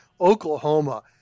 Oklahoma